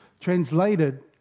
Translated